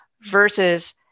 versus